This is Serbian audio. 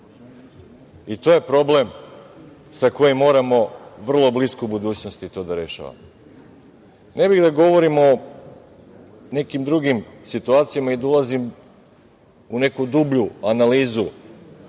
To je problem sa kojim moramo u vrlo bliskoj budućnosti to da rešavamo. Ne bih da govorimo o nekim drugim situacijama i da ulazim u neku dublju analizu